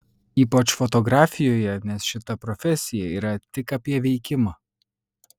ypač fotografijoje nes šita profesija yra tik apie veikimą